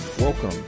Welcome